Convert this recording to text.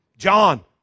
John